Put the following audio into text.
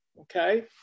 okay